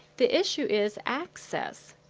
the issue is access.